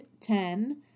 ten